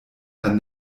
dann